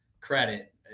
credit